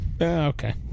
okay